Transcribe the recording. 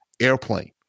airplane